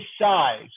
size